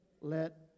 Let